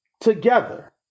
together